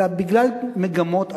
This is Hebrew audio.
אלא בגלל מגמות אחרות,